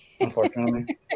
unfortunately